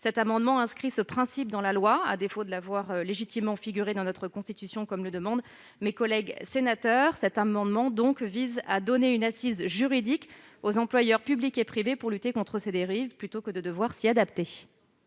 cet amendement tend à inscrire ce principe dans la loi, à défaut d'avoir pu la faire légitimement figurer dans notre Constitution, comme le demandaient mes collègues. Cette disposition donnerait une assise juridique aux employeurs publics et privés pour lutter contre ces dérives, plutôt que de devoir s'y adapter.